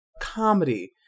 comedy